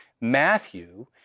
Matthew